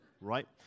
Right